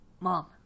Mom